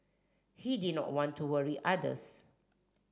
he did not want to worry others